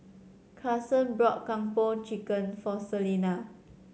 Karson bought Kung Po Chicken for Celina